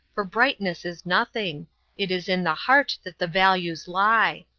for brightness is nothing it is in the heart that the values lie.